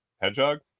Hedgehog